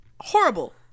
horrible